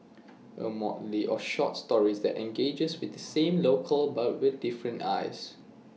A motley of short stories that engages with the same locale but with different eyes